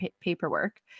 paperwork